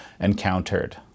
encountered